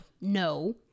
No